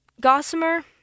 Gossamer